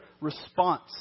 response